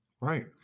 Right